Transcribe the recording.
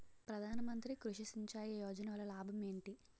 ప్రధాన మంత్రి కృషి సించాయి యోజన వల్ల లాభం ఏంటి?